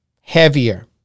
heavier